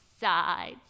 sides